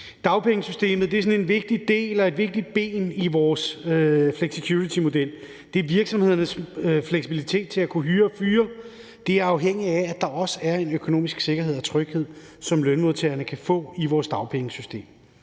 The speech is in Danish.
vigtig del af og et vigtigt ben i vores flexicuritymodel. Det er virksomhedernes fleksibilitet til at kunne hyre og fyre. De er afhængige af, at der også er en økonomisk sikkerhed og tryghed, som lønmodtagerne kan få i vores dagpengesystem.